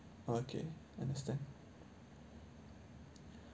okay understand